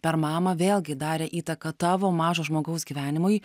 per mamą vėlgi darė įtaką tavo mažo žmogaus gyvenimui